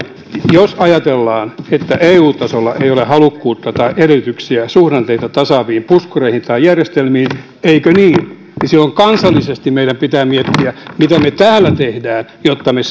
jos ajatellaan että eu tasolla ei ole halukkuutta tai edellytyksiä suhdanteita tasaaviin puskureihin tai järjestelmiin eikö niin että silloin kansallisesti meidän pitää miettiä mitä me täällä teemme jotta me